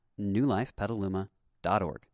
newlifepetaluma.org